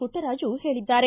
ಪುಟ್ಟರಾಜು ಹೇಳಿದ್ದಾರೆ